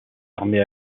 armées